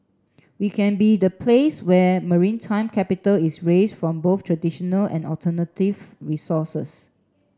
we can be the place where maritime capital is raised from both traditional and alternative resources